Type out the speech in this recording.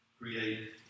create